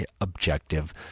objective